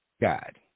God